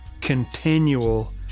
continual